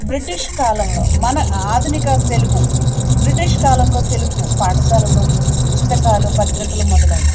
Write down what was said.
British కాలంలో మన ఆధునిక తెలుగు బ్రిటిష్ కాలంలో తెలుగు పాఠశాలలో పుస్తకాలు పత్రికలు మొదలయ్యాయి